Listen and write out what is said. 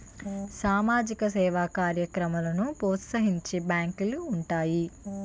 సామాజిక సేవా కార్యక్రమాలను ప్రోత్సహించే బ్యాంకులు ఉంటాయి